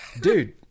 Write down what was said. Dude